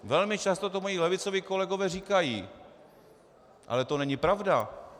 Velmi často to moji levicoví kolegové říkají, ale to není pravda!